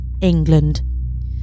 England